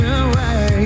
away